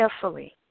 carefully